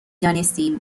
دانستیم